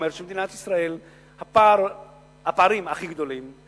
שבמדינת ישראל הפערים הכי גדולים,